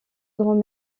grands